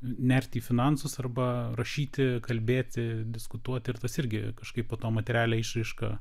nerti į finansus arba rašyti kalbėti diskutuoti ir tas irgi kažkaip po to materialią išraišką